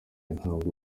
ntabwo